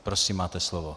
Prosím, máte slovo.